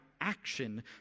action